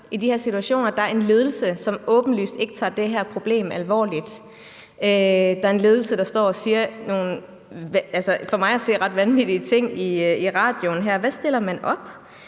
i de her situationer? Der er en ledelse, som åbenlyst ikke tager det her problem alvorligt. Der er en ledelse, der for mig at se står og siger nogle ret vanvittige ting i radioen her. Hvad stiller man op,